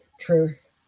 truth